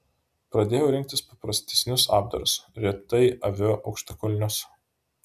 pradėjau rinktis paprastesnius apdarus retai aviu aukštakulnius